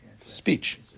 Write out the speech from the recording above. Speech